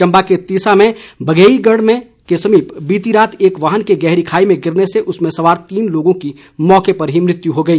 चंबा के तिस्सा में बघेईगढ़ के समीप बीती रात एक वाहन के गहरी खाई में गिरने से उसमें सवार तीनों लोगों की मौके पर ही मृत्यु हो गई